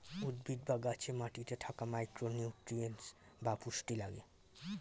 উদ্ভিদ বা গাছে মাটিতে থাকা মাইক্রো নিউট্রিয়েন্টস বা পুষ্টি লাগে